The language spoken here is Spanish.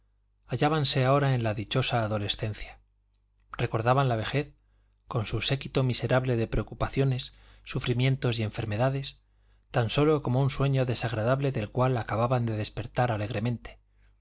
venas hallábanse ahora en la dichosa adolescencia recordaban la vejez con su séquito miserable de preocupaciones sufrimientos y enfermedades tan sólo como un sueño desagradable del cual acababan de despertar